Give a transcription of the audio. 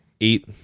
eight